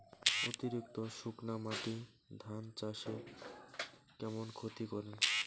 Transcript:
অতিরিক্ত শুকনা মাটি ধান চাষের কেমন ক্ষতি করে?